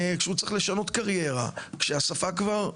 כשהוא צריך לשנות קריירה, כשהשפה כבר,